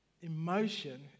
Emotion